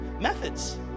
methods